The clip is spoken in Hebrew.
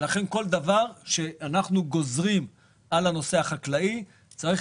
בכל דבר שאנחנו גוזרים על הנושא החקלאי צריך